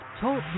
Talk